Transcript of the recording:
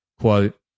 quote